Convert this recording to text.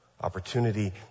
Opportunity